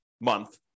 month